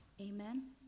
Amen